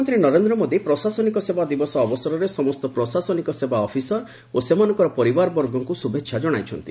ପ୍ରଧାନମନ୍ତ୍ରୀ ନରେନ୍ଦ୍ର ମୋଦି ପ୍ରଶାସନିକ ସେବା ଦିବସ ଅବସରରେ ସମସ୍ତ ପ୍ରଶାସନିକ ସେବା ଅଫିସର ଓ ସେମାନଙ୍କର ପରିବାରବର୍ଗଙ୍କ ଶୁଭେଚ୍ଛା ଜଣାଇଛନ୍ତି